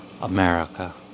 America